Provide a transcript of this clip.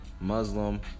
Muslim